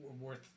worth